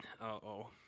Uh-oh